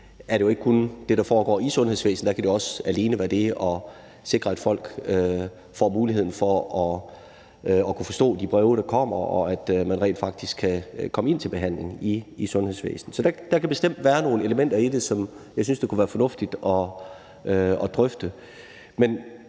er det jo ikke kun det, der foregår i sundhedsvæsenet, der tæller. Det kan også alene være det at sikre, at folk får hjælp til at forstå de breve, der kommer, og at man rent faktisk kan komme ind til behandling i sundhedsvæsenet. Så der kan bestemt være nogle elementer i det, som jeg synes kunne være fornuftige at drøfte.